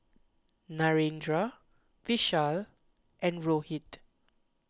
Narendra Vishal and Rohit